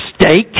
steak